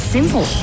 Simple